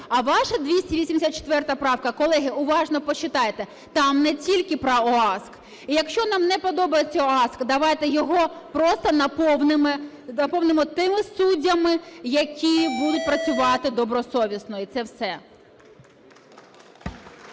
А ваша 284 правка, колеги, уважно почитайте: там не тільки про ОАСК. Якщо нам не подобається ОАСК, давайте його просто наповнимо тими суддями, які будуть працювати добросовісно. І це все!